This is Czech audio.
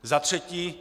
Za třetí.